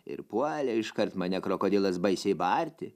ir puolė iškart mane krokodilas baisiai barti